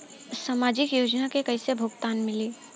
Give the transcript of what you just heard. सामाजिक योजना से कइसे भुगतान मिली?